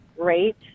great